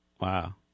Wow